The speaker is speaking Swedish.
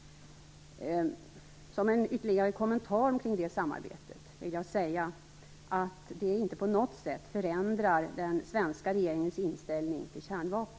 Som en ytterligare kommentar omkring det samarbetet vill jag säga att det inte på något sätt förändrar den svenska regeringens inställning till kärnvapen.